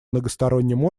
многосторонним